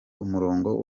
umurongo